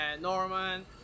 Norman